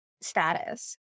status